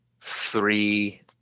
three